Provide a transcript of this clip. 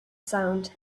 sound